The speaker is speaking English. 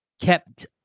kept